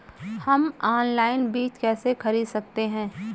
हम ऑनलाइन बीज कैसे खरीद सकते हैं?